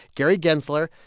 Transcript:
gary gensler,